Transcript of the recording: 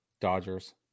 dodgers